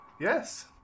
Yes